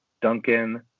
duncan